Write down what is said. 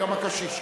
ליום הקשיש,